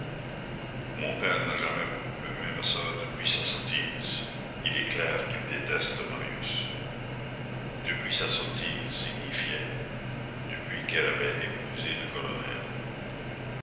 mon père n'a jamais beaucoup aimé ma soeur depuis sa sottise il est clair qu'il déteste marius depuis sa sottise signifiait depuis qu'elle avait épousé le colonel